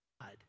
God